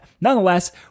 Nonetheless